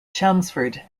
chelmsford